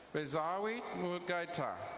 azawi mugaytar.